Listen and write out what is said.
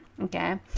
okay